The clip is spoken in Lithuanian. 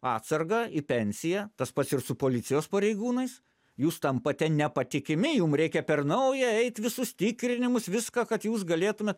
atsargą į pensiją tas pats ir su policijos pareigūnais jūs tampate nepatikimi jum reikia per naują eit visus tikrinimus viską kad jūs galėtume